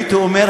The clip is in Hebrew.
הייתי אומר,